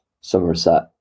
Somerset